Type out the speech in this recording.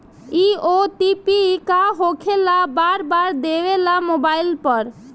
इ ओ.टी.पी का होकेला बार बार देवेला मोबाइल पर?